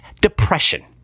Depression